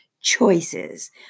choices